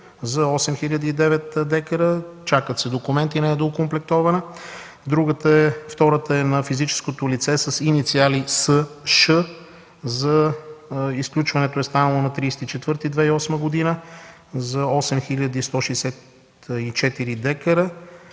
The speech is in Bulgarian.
за 8009 декара. Чакат се документи – не е доокомплектована. Втората е на физическото лице с инициали С.Ш. Изключването е станало на 30 април 2008 г. за 8164 декара.